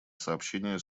сообщение